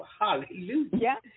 Hallelujah